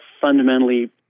fundamentally